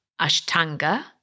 Ashtanga